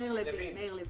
מאיר לוין.